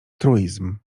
truizm